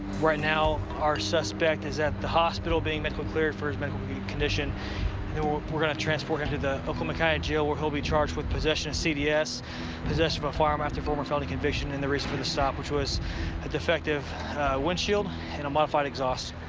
right now, our suspect is at the hospital being medically cleared for his mental condition. then we're we're going to transport him to the oklahoma county jail, where he'll be charged with possession of cds, possession of a firearm after a former felony conviction, and the reason for the stop, which was a defective windshield and a modified exhaust.